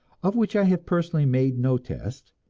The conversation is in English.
of which i have personally made no test,